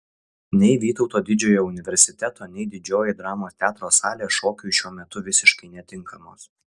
nei vytauto didžiojo universiteto nei didžioji dramos teatro salė šokiui šiuo metu visiškai netinkamos